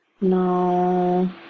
No